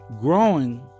growing